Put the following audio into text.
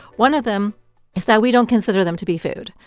one of them is that we don't consider them to be food.